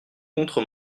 contre